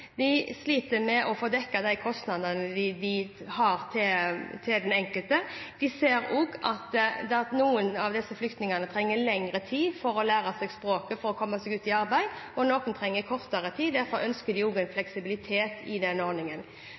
de sliter med å få dekket de kostnadene de har med hensyn til den enkelte. De ser også at noen av disse flyktningene trenger lengre tid for å lære seg språket for å komme seg ut i arbeid, og noen trenger kortere tid. Derfor ønsker de også en fleksibilitet i den ordningen.